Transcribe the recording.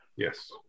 Yes